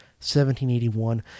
1781